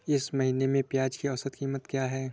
इस महीने में प्याज की औसत कीमत क्या है?